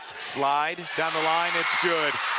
slide, down the line it's good